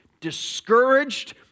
discouraged